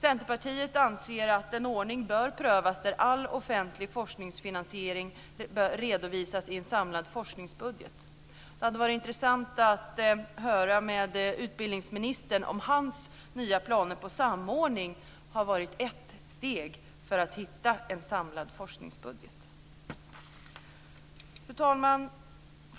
Centerpartiet anser att en ordning bör prövas där all offentlig forskningsfinansiering bör redovisas i en samlad forskningsbudget. Det hade varit intressant att höra med utbildningsministern om hans nya planer på samordning har varit ett steg för att hitta en samlad forskningsbudget. Fru talman!